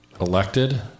elected